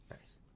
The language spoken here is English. Nice